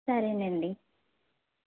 సరేనండి